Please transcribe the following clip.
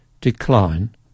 decline